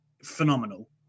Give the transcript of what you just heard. phenomenal